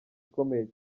ikomeye